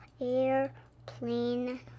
airplane